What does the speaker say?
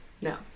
No